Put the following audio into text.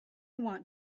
want